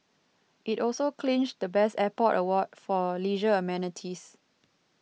it also clinched the best airport award for leisure amenities